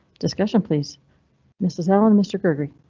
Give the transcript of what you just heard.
discussion please mrs allen mr gregory.